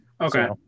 Okay